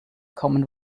common